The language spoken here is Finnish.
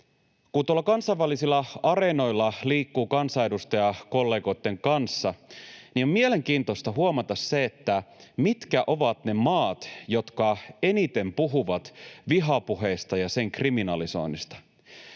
kansainvälisillä areenoilla liikkuu kansanedustajakollegoitten kanssa, on mielenkiintoista huomata se, mitkä ovat ne maat, jotka eniten puhuvat vihapuheesta ja sen kriminalisoinnista.